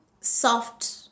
soft